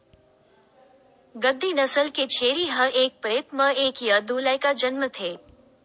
गद्दी नसल के छेरी ह एक पइत म एक य दू लइका जनमथे